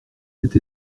cette